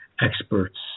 experts